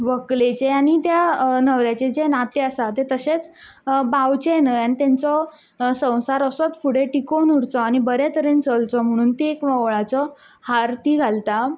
व्हकलेचें आनी त्या नवऱ्याचें जें नातें आसा तें तशेंच बावचें न्हय आनी तेंचो संवसार असोच फुडें टिकोन उरचो आनी बऱ्या तरेन चलचो म्हणून ती एक ओंवळांचो हार ती घालतात